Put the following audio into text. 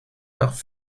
nach